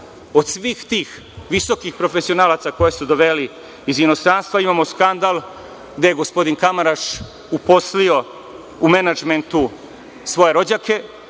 Od svih tih visokih profesionalaca koje su doveli iz inostranstva imamo skandal gde je gospodin Kamaraš uposlio u menadžmentu svoje rođake,